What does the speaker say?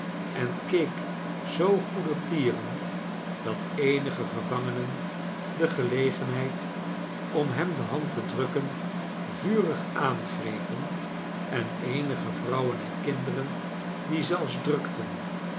en keek zoo goedertieren dat eenige gevangenen de gelegenheid om hem de hand te drukken vurig aangrepen en eenige vrouwen en kinderen die zelfs drukten